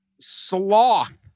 sloth